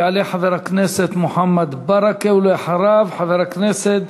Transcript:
יעלה חבר הכנסת מוחמד ברכה, ואחריו, חבר הכנסת